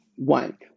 One